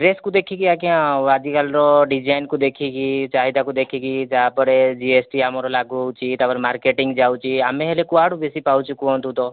ଡ୍ରେସକୁ ଦେଖିକି ଆଜ୍ଞା ଆଜିକାଲି ର ଡିଜାଇନକୁ ଦେଖିକି ଚାହିଦା କୁ ଦେଖିକି ତାପରେ ଜିଏସଟି ଆମର ଲାଗୁ ହେଉଛି ତାପରେ ମାର୍କେଟିଙ୍ଗ ଯାଉଛି ଆମେ ହେଲେ କୁଆଡ଼ୁ ବେଶୀ ପାଉଛୁ କୁହନ୍ତୁ ତ